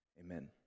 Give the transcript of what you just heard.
Amen